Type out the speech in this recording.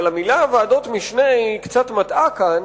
אבל צמד המלים "ועדות משנה" הוא קצת מטעה כאן,